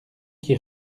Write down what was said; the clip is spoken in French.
qui